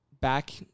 back